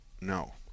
no